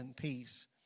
Peace